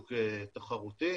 שוק תחרותי,